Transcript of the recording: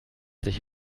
sich